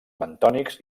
bentònics